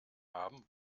haben